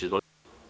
Izvolite.